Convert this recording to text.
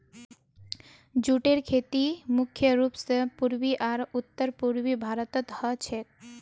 जूटेर खेती मुख्य रूप स पूर्वी आर उत्तर पूर्वी भारतत ह छेक